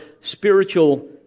spiritual